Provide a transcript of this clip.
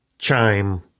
chime